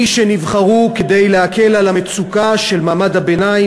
מי שנבחרו כדי להקל את המצוקה של מעמד הביניים,